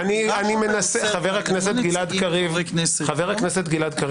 אנחנו ברשות המכוננת יכולים לעשות מה שאנו